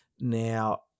Now